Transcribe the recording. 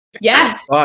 Yes